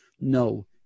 No